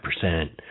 percent